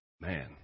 Man